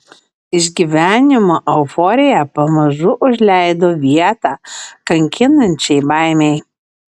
išgyvenimo euforija pamažu užleido vietą kankinančiai baimei